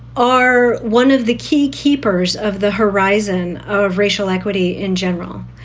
are one of the key keepers of the horizon of racial equity in general.